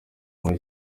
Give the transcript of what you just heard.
muri